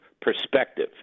perspective